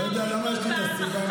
לא יודע למה הסיוון הזה.